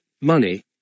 money